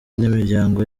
n’imiryango